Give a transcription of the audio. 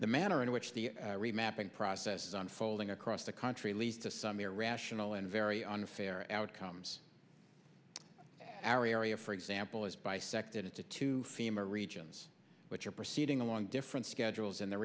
the manner in which the remapping process is unfolding across the country leads to some irrational and very unfair outcomes our area for example is bisected into two femur regions which are proceeding along different schedules in the